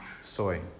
soy